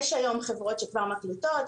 יש היום חברות שכבר מקליטות,